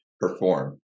perform